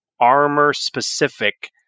armor-specific